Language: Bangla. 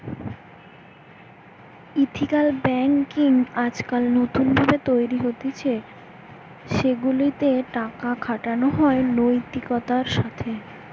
এথিকাল বেঙ্কিং আজকাল নতুন ভাবে তৈরী হতিছে সেগুলা তে টাকা খাটানো হয় নৈতিকতার সাথে